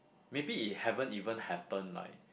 maybe it haven't even happen like